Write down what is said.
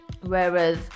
Whereas